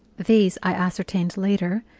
these, i ascertained later,